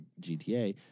GTA